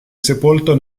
sepolto